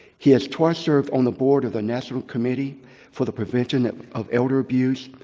he has twice served on the board of the national committee for the prevention of elder abuse,